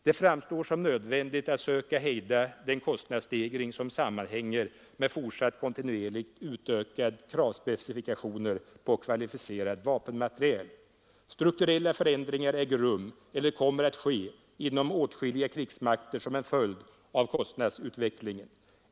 Det framstår som nödvändigt att söka hejda den kostnadsstegring som sammanhänger med fortsatta kontinuerligt utökade kravspecifikationer på kvalificerad vapenmateriel. Strukturella förändringar äger rum eller kommer att ske inom åtskilliga krigsmakter som en följd av kostnadsutvecklingen.